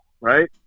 right